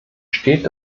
steht